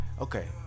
Okay